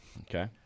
Okay